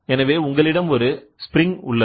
எனவே உங்களிடம் ஒரு ஸ்ப்ரிங் உள்ளது